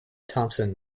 thomson